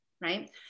right